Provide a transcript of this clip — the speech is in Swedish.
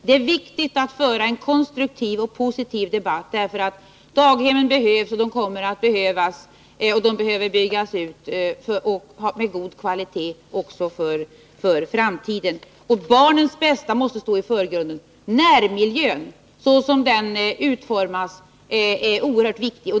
Det är viktigt att föra en konstruktiv och positiv debatt, därför att daghemmen behövs och behöver byggas ut till god kvalitet också för framtiden. Barnens bästa måste stå i förgrunden. Närmiljön, såsom den utformas, är oerhört viktig.